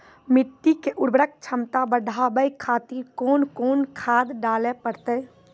मिट्टी के उर्वरक छमता बढबय खातिर कोंन कोंन खाद डाले परतै?